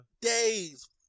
days